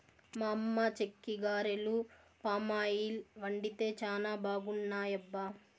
మా అమ్మ చెక్కిగారెలు పామాయిల్ వండితే చానా బాగున్నాయబ్బా